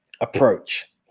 approach